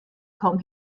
kaum